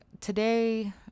today